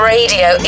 Radio